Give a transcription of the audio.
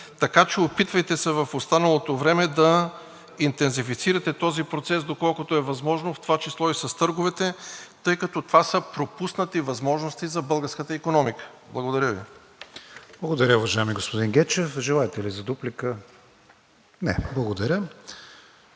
Така че опитвайте се в останалото време да интензифицирате този процес, доколкото е възможно, в това число и с търговете, тъй като това са пропуснати възможности за българската икономика. Благодаря Ви. ПРЕДСЕДАТЕЛ КРИСТИАН ВИГЕНИН: Благодаря, уважаеми господин Гечев. Желаете ли дуплика? Не. Благодаря.